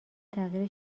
تغییر